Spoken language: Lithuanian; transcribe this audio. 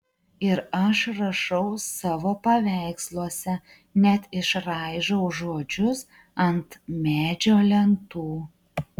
ir aš rašau savo paveiksluose net išraižau žodžius ant medžio lentų